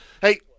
Hey